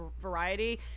variety